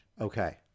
Okay